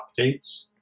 updates